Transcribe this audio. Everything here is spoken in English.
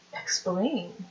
Explain